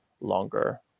longer